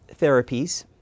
therapies